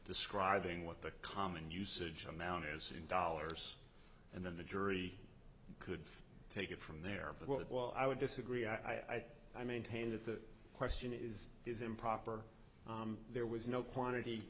describing what the common usage amount is in dollars and then the jury could take it from there but while i would disagree i think i maintain that the question is is improper there was no quantity